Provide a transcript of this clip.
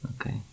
Okay